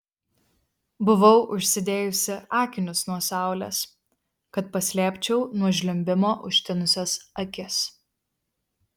buvau užsidėjusi akinius nuo saulės kad paslėpčiau nuo žliumbimo užtinusias akis